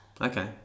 Okay